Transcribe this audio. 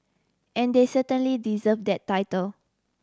and they certainly deserve that title